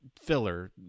filler